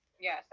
Yes